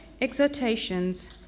Exhortations